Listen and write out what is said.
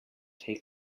take